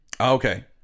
Okay